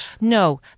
No